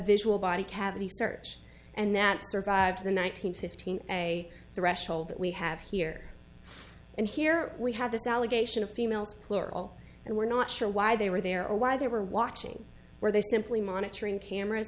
visual body cavity search and that survived the one nine hundred fifteen a threshold that we have here and here we have this allegation of females plural and we're not sure why they were there or why they were watching where they simply monitoring cameras